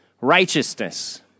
righteousness